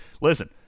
listen